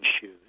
shoes